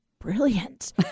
Brilliant